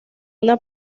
una